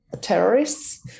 terrorists